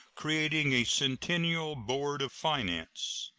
creating a centennial board of finance.